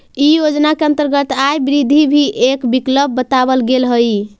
इ योजना के अंतर्गत आय वृद्धि भी एक विकल्प बतावल गेल हई